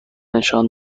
نشان